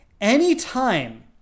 anytime